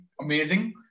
amazing